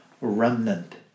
remnant